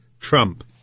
Trump